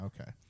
okay